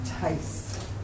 taste